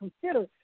consider